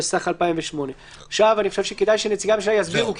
התשס"ח 2008‏. עכשיו אני חושב שכדאי שנציגי הממשלה יסבירו,